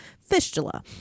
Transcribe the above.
fistula